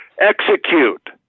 execute